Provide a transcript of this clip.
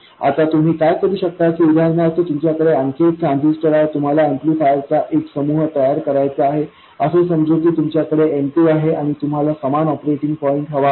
आता तुम्ही काय करू शकता की उदाहरणार्थ तुमच्याकडे आणखी एक ट्रान्झिस्टर आहे तुम्हाला ऍम्प्लिफायर चा एक समूह तयार करायचा आहे असे समजू की तुमच्याकडे M2 आहे आणि तुम्हाला समान ऑपरेटिंग पॉईंट हवा होता